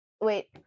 wait